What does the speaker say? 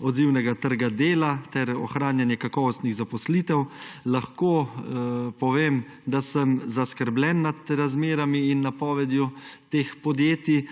odzivnega trga dela ter ohranjanje kakovostnih zaposlitev. Lahko povem, da sem zaskrbljen nad razmerami in napovedjo teh podjetij.